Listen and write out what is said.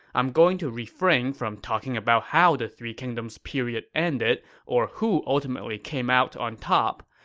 i'm going to refrain from talking about how the three kingdoms period ended or who ultimately came out on top,